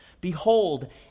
behold